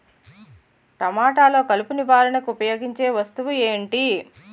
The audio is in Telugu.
టమాటాలో కలుపు నివారణకు ఉపయోగించే వస్తువు ఏంటి?